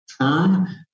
term